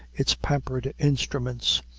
its pampered instruments,